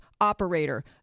operator